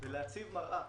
ולהציב מראה